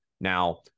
now